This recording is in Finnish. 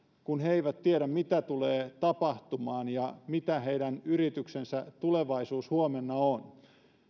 kun he eivät tiedä mitä tulee tapahtumaan ja mitä heidän yrityksensä tulevaisuus huomenna on